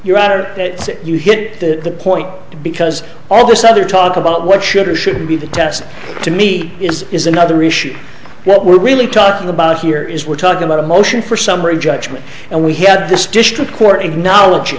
you're out or you hit the point because all this other talk about what should or should be the test to me is another issue what we're really talking about here is we're talking about a motion for summary judgment and we had this district court acknowledg